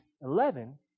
eleven